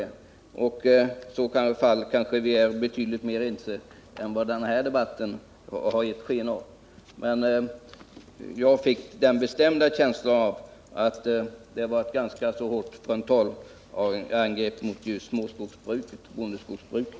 I så fall är vi kanske betydligt mer ense än vad den här debatten har givit sken av. Men jag fick den bestämda känslan att hans anförande var ett ganska hårt frontalangrepp mot bondeskogsbruket.